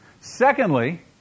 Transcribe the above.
Secondly